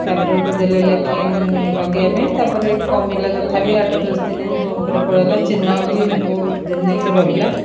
ତା'ପରେ ଗୋଟେ ଦେଲେ ଲେଖି ଲଗାଇବା ପାଇଁ ତା'ପରେ କମିଲା ତଥାପି ଆଠ ଦଶ ଦିନ ଉପରେ ପଳେଇଲା ଚିହ୍ନ ବି ବହୁତ ଦିନ ଯାଏଁ ରହିଲା